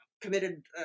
committed